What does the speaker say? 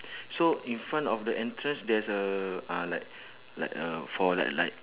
so in front of the entrance there's a uh like like uh for like like